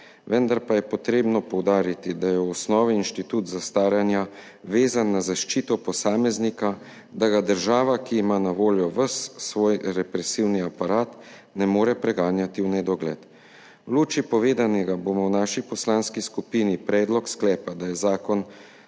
Vendar pa je potrebno poudariti, da je v osnovi institut zastaranja vezan na zaščito posameznika, da ga država, ki ima na voljo ves svoj represivni aparat, ne more preganjati v nedogled. V luči povedanega bomo v naši poslanski skupini predlog sklepa, da je zakon